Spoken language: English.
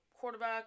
quarterback